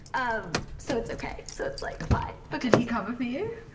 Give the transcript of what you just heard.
um so it's ok. so it's like, fine but did he cover for you?